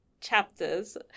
chapters